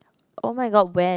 oh-my-god when